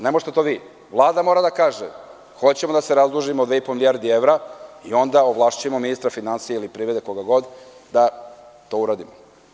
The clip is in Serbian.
Ne možete to vi nego Vlada mora da kaže – hoćemo da se zadužimo 2,5 milijardi evra i onda ovlašćujemo ministra finansija i privrede, koga god, da to uradi.